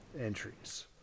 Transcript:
entries